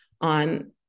on